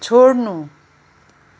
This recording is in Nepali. छोड्नु